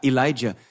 Elijah